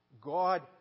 God